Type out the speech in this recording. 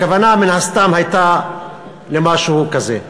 הכוונה, מן הסתם, הייתה למשהו כזה.